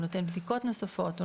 הוא נותן בדיקות נוספות,